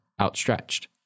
outstretched